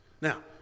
Now